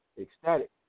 ecstatic